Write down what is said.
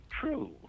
true